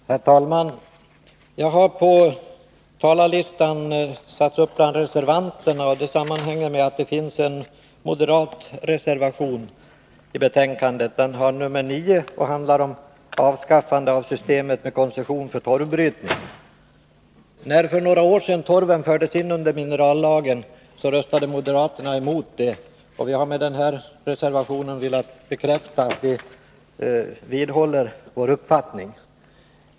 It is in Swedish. Herr talman! Jag har på talarlistan satts upp bland reservanterna. Det sammanhänger med att det finns en moderat reservation vid betänkandet, reservation nr 9. Den handlar om avskaffande av systemet med koncession för torvbrytning. När torven för några år sedan fördes in under minerallagen röstade moderaterna emot det, och vi har med denna reservation velat bekräfta att vi vidhåller vår uppfattning.